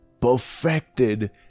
perfected